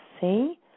see